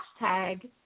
hashtag